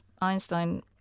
Einstein